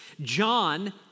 John